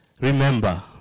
remember